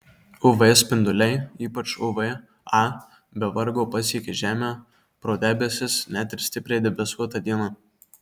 uv spinduliai ypač uv a be vargo pasiekia žemę pro debesis net ir stipriai debesuotą dieną